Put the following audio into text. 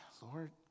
Lord